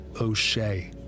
O'Shea